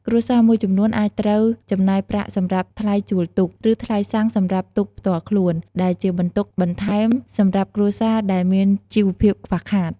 គ្រួសារមួយចំនួនអាចត្រូវចំណាយប្រាក់សម្រាប់ថ្លៃជួលទូក ឬថ្លៃសាំងសម្រាប់ទូកផ្ទាល់ខ្លួន ដែលជាបន្ទុកបន្ថែមសម្រាប់គ្រួសារដែលមានជីវភាពខ្វះខាត។